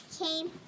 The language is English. came